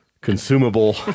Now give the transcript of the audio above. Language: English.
consumable